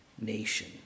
nation